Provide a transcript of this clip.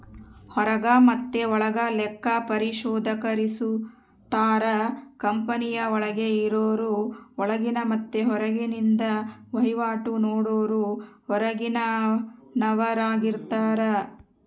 ಹೊರಗ ಮತೆ ಒಳಗ ಲೆಕ್ಕ ಪರಿಶೋಧಕರಿರುತ್ತಾರ, ಕಂಪನಿಯ ಒಳಗೆ ಇರರು ಒಳಗಿನ ಮತ್ತೆ ಹೊರಗಿಂದ ವಹಿವಾಟು ನೋಡರು ಹೊರಗಿನವರಾರ್ಗಿತಾರ